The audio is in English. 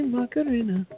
Macarena